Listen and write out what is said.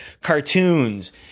cartoons